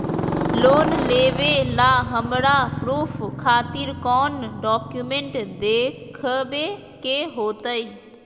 Loan लेबे ला हमरा प्रूफ खातिर कौन डॉक्यूमेंट देखबे के होतई?